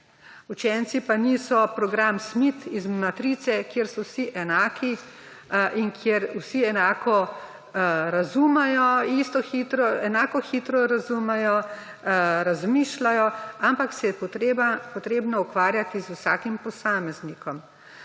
Učenci pa niso program Smith iz Matrice, kjer so vsi enaki in kjer vsi enako razumejo, enako hitro razumejo, razmišljajo, ampak se je treba ukvarjati z vsakim posameznikom.